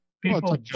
People